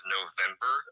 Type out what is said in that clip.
November